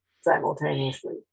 simultaneously